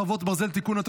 חרבות ברזל) (תיקון),